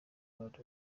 bantu